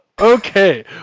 okay